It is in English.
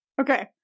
Okay